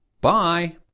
Bye